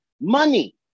Money